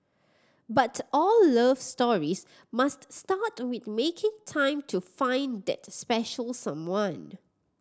but all love stories must start with making time to find that special someone